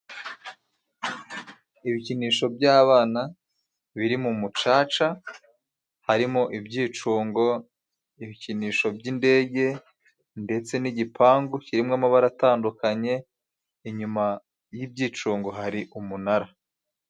Ibikinisho by'abana biri mu mucaca. Harimo ibyicungo, ibikinisho by'indege ,ndetse n'igipangu kirimo amabara atandukanye. Inyuma y'ibyicungo hari umunara.